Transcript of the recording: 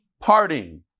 parting